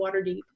Waterdeep